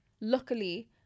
Luckily